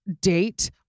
date